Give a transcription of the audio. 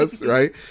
right